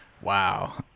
Wow